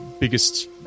biggest